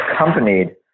accompanied